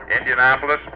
Indianapolis